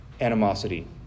animosity